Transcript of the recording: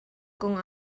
kong